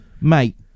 mate